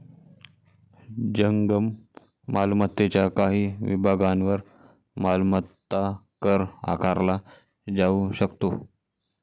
जंगम मालमत्तेच्या काही विभागांवर मालमत्ता कर आकारला जाऊ शकतो